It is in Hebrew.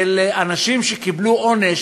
של אנשים שקיבלו עונש,